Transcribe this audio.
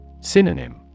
Synonym